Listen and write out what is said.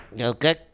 Okay